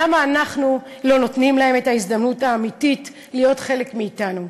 למה אנחנו לא נותנים להם את ההזדמנות האמיתית להיות חלק מאתנו?